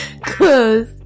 Close